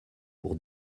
pour